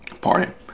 Pardon